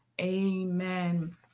amen